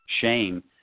shame